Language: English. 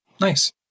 nice